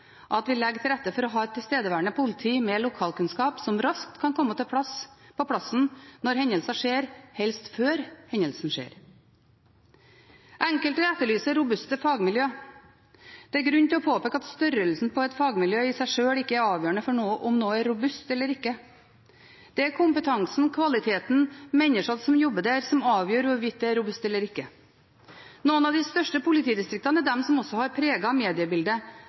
at vi legger til rette for å ha et tilstedeværende politi med lokalkunnskap som raskt kan komme på plass når hendelser skjer – helst før hendelsen skjer. Enkelte etterlyser robuste fagmiljøer. Det er grunn til å påpeke at størrelsen på et fagmiljø i seg sjøl ikke er avgjørende for om noe er robust eller ikke. Det er kompetansen, kvaliteten og menneskene som jobber der, som avgjør hvorvidt det er robust eller ikke. Noen av de største politidistriktene er de som også har preget mediebildet